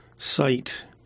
site